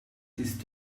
ist